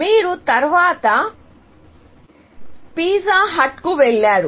మీరు తరువాత పిజ్జా హట్కు వెళ్లారు